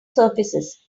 surfaces